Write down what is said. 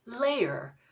layer